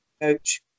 coach